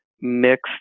mixed